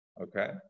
Okay